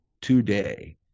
today